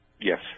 Yes